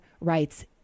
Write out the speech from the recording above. writes